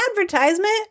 advertisement